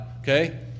Okay